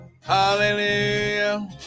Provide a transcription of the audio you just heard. Hallelujah